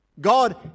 God